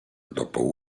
dopo